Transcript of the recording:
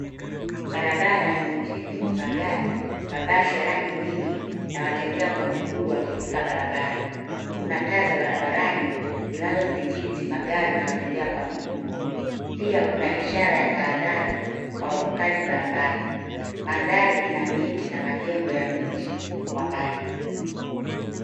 Barabara ya mijini yenye magari, mabasi ya rangi nyingi na watembea kwa miguu wakivuka barabara. Kuna taa za barabarani zinazodhibiti magari na watembea kwa miguu. Pia kuna ishara ya tahadhari kwa wavukaji barabara. Mandhari ina miti na majengo ya mji kwa mbali.